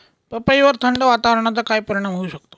पपईवर थंड वातावरणाचा काय परिणाम होऊ शकतो?